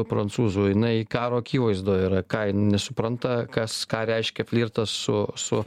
prancūzų jinai karo akivaizdoj yra ką jinai nesupranta kas ką reiškia flirtas su su